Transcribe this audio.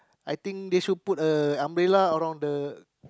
I think they should put a umbrella around the